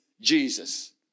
jesus